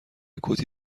کتی